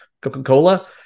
Coca-Cola